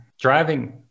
driving